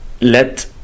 let